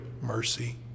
mercy